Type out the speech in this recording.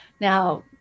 Now